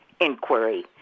inquiry